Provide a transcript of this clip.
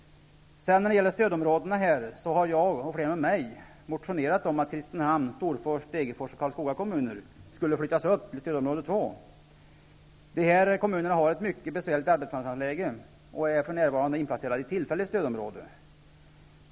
När det gäller stödområden har jag, och fler med mig, motionerat om att kommunerna Kristinehamn, Storfors, Degerfors och Karlskoga skall flyttas till stödområde 2. De här kommunerna har ett mycket besvärligt arbetsmarknadsläge, och de är för närvarande inplacerade i tillfälligt stödområde.